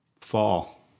Fall